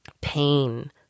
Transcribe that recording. pain